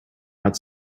not